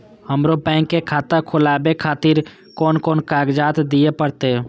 हमरो बैंक के खाता खोलाबे खातिर कोन कोन कागजात दीये परतें?